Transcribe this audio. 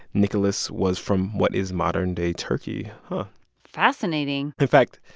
nicholas, was from what is modern-day turkey but fascinating in fact,